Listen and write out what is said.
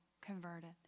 converted